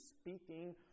speaking